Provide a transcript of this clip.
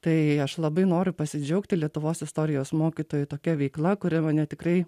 tai aš labai noriu pasidžiaugti lietuvos istorijos mokytojų tokia veikla kuri mane tikrai